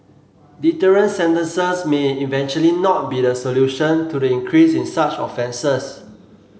deterrent sentences may eventually not be the solution to the increase in such offences